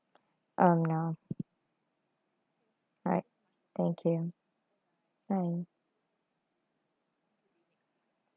um no alright thank you bye